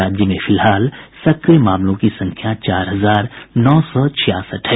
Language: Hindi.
राज्य में फिलहाल सक्रिय मामलों की संख्या चार हजार नौ सौ छियासठ है